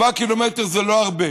4 קילומטרים זה לא הרבה,